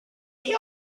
pure